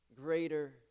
greater